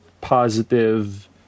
positive